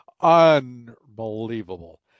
Unbelievable